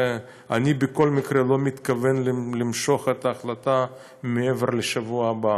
ואני בכל מקרה לא מתכוון למשוך את ההחלטה מעבר לשבוע הבא,